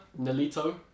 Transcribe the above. Nalito